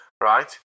right